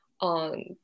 on